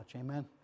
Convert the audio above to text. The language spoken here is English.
Amen